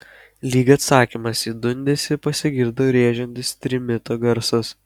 lyg atsakymas į dundesį pasigirdo rėžiantis trimito garsas